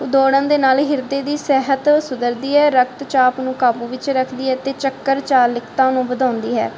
ਦੌੜਨ ਦੇ ਨਾਲ ਹਿਰਦੇ ਦੀ ਸਿਹਤ ਸੁਧਰਦੀ ਹੈ ਰਕਤ ਚਾਪ ਨੂੰ ਕਾਬੂ ਵਿੱਚ ਰੱਖਦੀ ਹੈ ਅਤੇ ਚੱਕਰ ਚਾਲਕਤਾ ਨੂੰ ਵਧਾਉਂਦੀ ਹੈ